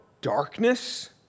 darkness